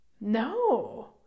No